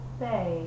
say